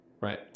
Right